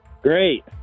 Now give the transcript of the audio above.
great